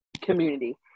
community